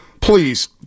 Please